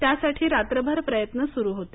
त्यासाठी रात्रभर प्रयत्न सुरू होते